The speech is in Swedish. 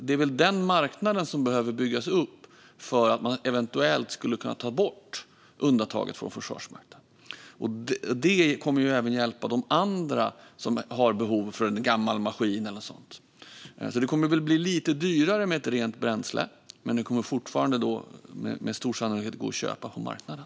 Det är väl den marknaden som behöver byggas upp för att man eventuellt skulle kunna ta bort undantaget från Försvarsmakten. Det kommer även att hjälpa de andra som har behov för en gammal maskin eller något sådant. Det kommer väl att bli lite dyrare med ett rent bränsle, men det kommer fortfarande med stor sannolikhet att gå att köpa på marknaden.